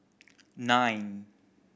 nine